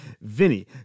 Vinny